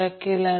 समजा हे Q0 आहे